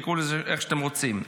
תקראו לזה איך שאתם רוצים.